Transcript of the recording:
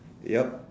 yup